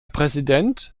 präsident